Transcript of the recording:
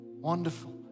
Wonderful